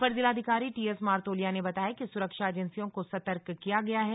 अपर जिलाधिकारी T S Martolia ने बताया कि सुरक्षा एजेंसियों को सतर्क किया गया है